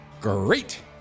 great